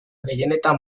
gehienetan